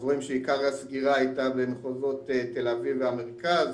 אז רואים שעיקר הסגירה הייתה במחוזות תל אביב והמרכז,